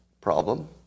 problem